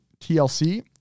TLC